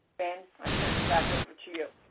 ben, i'm turning it back over to you.